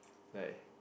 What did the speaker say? like